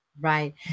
right